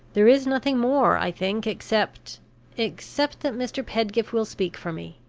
there is nothing more, i think, except except that mr. pedgift will speak for me,